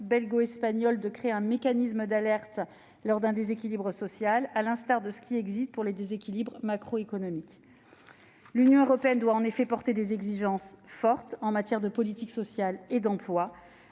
belgo-espagnole d'un mécanisme d'alerte en cas de déséquilibre social, à l'instar de ce qui existe pour les déséquilibres macroéconomiques. L'Union européenne doit en effet promouvoir des exigences fortes en matière de politique sociale et d'emploi.